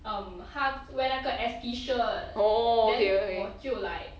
um 他 wear 那个 S_P shirt then 我就 like